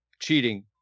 cheating